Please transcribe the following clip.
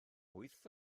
wyth